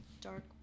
Dark